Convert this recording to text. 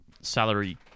salary